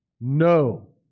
No